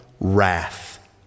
wrath